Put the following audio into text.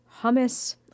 hummus